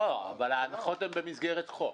ההנחות הן במסגרת חוק.